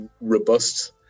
robust